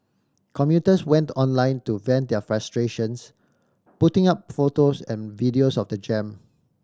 commuters went online to vent their frustrations putting up photos and videos of the jam